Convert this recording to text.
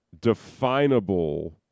definable